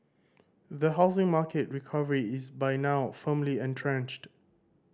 the housing market recovery is by now firmly entrenched